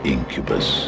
Incubus